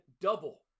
double